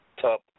top